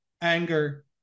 Anger